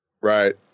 right